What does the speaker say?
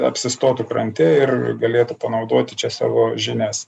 apsistotų krante ir galėtų panaudoti čia savo žinias